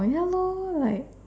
ya lor like